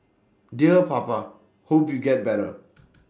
dear papa hope you get better